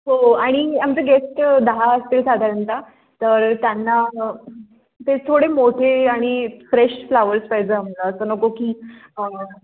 हो आणि आमचे गेस्ट दहा असतील साधारणतः तर त्यांना ते थोडे मोठे आणि फ्रेश फ्लावर्स पाहिजे आम्हाला असं नको की